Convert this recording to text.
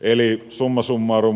eli summa summarum